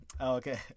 Okay